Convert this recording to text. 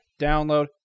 download